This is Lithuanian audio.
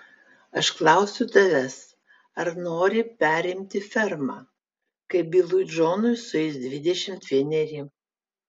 aš klausiu tavęs ar nori perimti fermą kai bilui džonui sueis dvidešimt vieneri